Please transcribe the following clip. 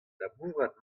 labourat